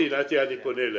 נתי, אני פונה אליהם.